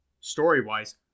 Story-wise